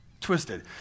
Twisted